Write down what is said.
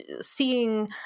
seeing